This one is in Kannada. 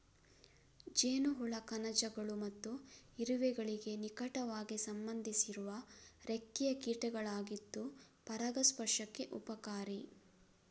ಜೇನುಹುಳ ಕಣಜಗಳು ಮತ್ತು ಇರುವೆಗಳಿಗೆ ನಿಕಟವಾಗಿ ಸಂಬಂಧಿಸಿರುವ ರೆಕ್ಕೆಯ ಕೀಟಗಳಾಗಿದ್ದು ಪರಾಗಸ್ಪರ್ಶಕ್ಕೆ ಉಪಕಾರಿ